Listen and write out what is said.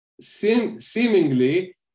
Seemingly